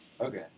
Okay